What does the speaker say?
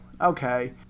okay